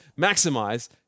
maximize